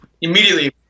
immediately